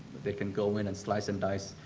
they can go in and slice and dice.